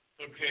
Okay